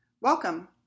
Welcome